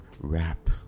rap